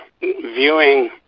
viewing